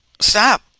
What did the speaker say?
stop